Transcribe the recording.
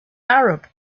arab